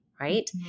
right